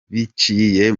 biciye